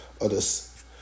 others